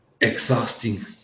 exhausting